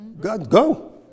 go